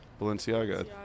Balenciaga